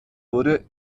wurde